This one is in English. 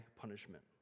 punishment